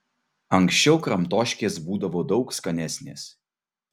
anksčiau kramtoškės būdavo daug skanesnės